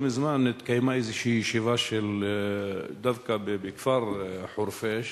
לא מזמן התקיימה איזו ישיבה דווקא בכפר חורפיש,